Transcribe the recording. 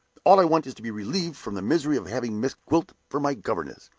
all i want is to be relieved from the misery of having miss gwilt for my governess.